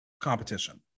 competition